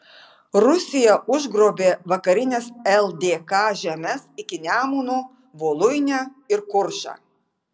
rusija užgrobė vakarines ldk žemes iki nemuno voluinę ir kuršą